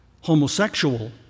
homosexual